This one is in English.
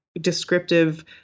descriptive